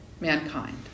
mankind